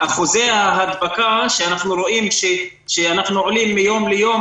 אחוזי ההדבקה שאנחנו רואים שאנחנו עולים מיום ליום